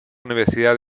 universidad